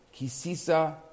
Kisisa